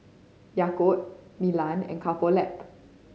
Yakult Milan and Couple Lab